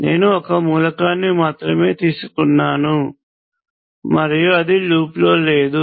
నేను ఒక్క మూలకాన్ని మాత్రమే తీసుకున్నాను మరియు అది లూప్ లో లేదు